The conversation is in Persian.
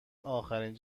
آخرین